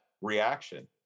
reaction